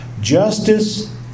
justice